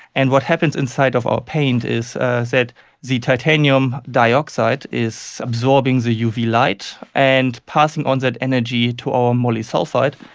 and what happens inside of our paint is that the titanium dioxide is absorbing the uv light, and passing on that energy to our molysulfide,